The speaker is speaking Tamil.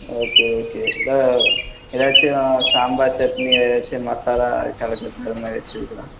ஓகே ஓகே இந்த ஏதாச்சும் சாம்பார் சட்னி வேறு ஏதாச்சும் மசாலா கலக்கி தர மாதிரி ஏதாச்சும் இருக்குதா